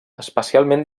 especialment